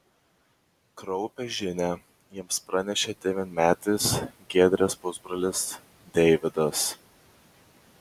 kraupią žinią jiems pranešė devynmetis giedrės pusbrolis deividas